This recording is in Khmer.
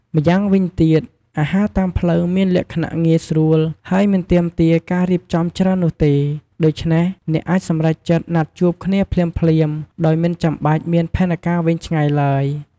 ម្យ៉ាងវិញទៀត អាហារតាមផ្លូវមានលក្ខណៈងាយស្រួល ហើយមិនទាមទារការរៀបចំច្រើននោះទេ ដូច្នេះអ្នកអាចសម្រេចចិត្តណាត់ជួបគ្នាភ្លាមៗ ដោយមិនចាំបាច់មានផែនការវែងឆ្ងាយឡើយ។